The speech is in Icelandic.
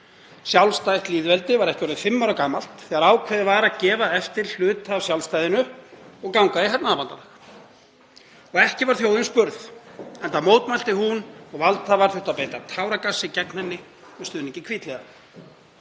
Sjálfstætt lýðveldi var ekki orðið fimm ára gamalt þegar ákveðið var að gefa eftir hluta af sjálfstæðinu og ganga í hernaðarbandalag. Og ekki var þjóðin spurð, enda mótmælti hún og valdhafar þurftu að beita táragasi gegn henni með stuðningi hvítliða.